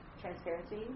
transparency